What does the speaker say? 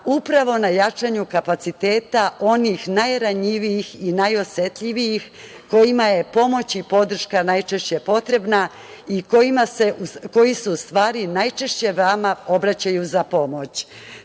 upravo na jačanju kapaciteta onih najranjivijih i najosetljivijih kojima su pomoć i podrška najčešće potrebni i koji se, u stvari, najčešće vama obraćaju za pomoć. Takođe